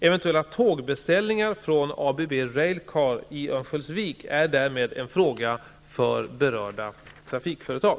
Eventuella tågbeställningar från ABB Railcar i Örnsköldsvik är därmed en fråga för berörda trafikföretag.